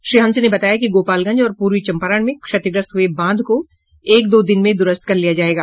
श्री हंस ने बताया कि गोपालगंज और प्रर्वी चम्पारण में क्षतिग्रस्त हुये बांध को एक दो दिन में दुरूस्त कर लिया जायेगा